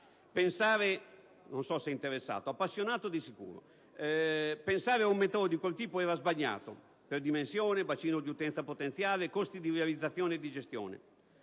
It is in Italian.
Pensare ad una metro di quel tipo era sbagliato: per dimensione, bacino di utenza potenziale, costi di realizzazione e gestione.